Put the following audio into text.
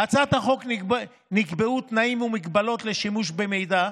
בהצעת החוק נקבעו תנאים ומגבלות לשימוש במידע.